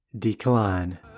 decline